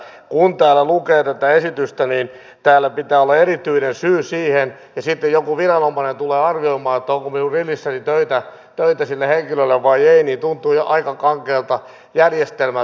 kun lukee tätä esitystä niin täällä pitää olla erityinen syy siihen ja sitten joku viranomainen tulee arvioimaan onko minun grillissäni töitä sille henkilölle vai ei mikä tuntuu jo aika kankealta järjestelmältä